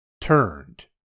turned